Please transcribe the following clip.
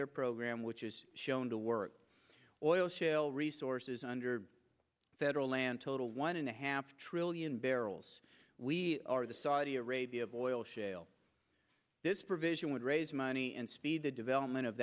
their program which is shown to work or oil shale resources under federal land total one and a half trillion barrels we are the saudi arabia of oil shale this provision would raise money and speed the development of